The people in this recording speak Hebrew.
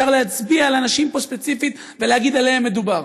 אפשר להצביע על אנשים פה ספציפית ולהגיד: עליהם מדובר.